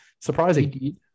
Surprising